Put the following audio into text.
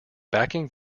backing